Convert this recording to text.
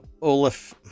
Olaf